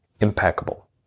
impeccable